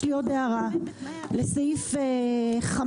יש לי עוד הערה לסעיף 5,